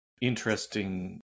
interesting